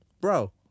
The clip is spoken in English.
bro